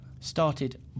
started